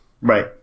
Right